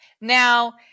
Now